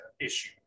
issue